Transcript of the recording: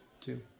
two